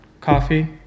coffee